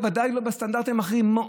ודאי לא בסטנדרטים האחרים.